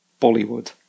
Bollywood